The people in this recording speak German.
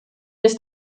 ist